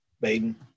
Baden